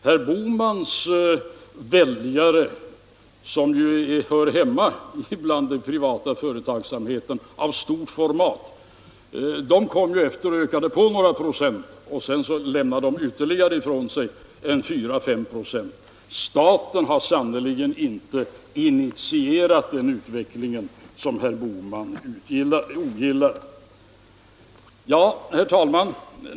Herr Bohmans väljare, som ju hör hemma i den privata företagsamheten av stort format, kom efter och ökade på några procent, och sedan lämnade de ytterligare ifrån sig 4-5 96. Staten har sannerligen inte initierat den utveckling som herr Bohman ogillar. Herr talman!